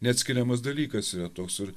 neatskiriamas dalykas yra toks ir